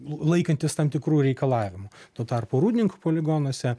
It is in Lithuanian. laikantis tam tikrų reikalavimų tuo tarpu rūdninkų poligonuose